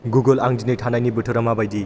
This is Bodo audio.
गुगोल आं दिनै थानायनि बोथोरा माबायदि